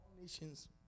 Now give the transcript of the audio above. nations